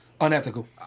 Unethical